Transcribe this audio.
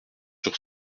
sur